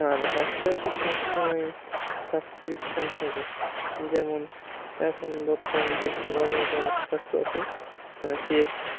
আর হটস্টারে তো সবসময়ই সাবস্ক্রিপশন থাকে যেমন এখন বর্তমানে চলছে বর্ডার গাভাস্কার ট্রফি মানে টেস্ট